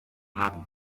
haben